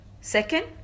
Second